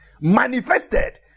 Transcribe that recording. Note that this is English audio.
manifested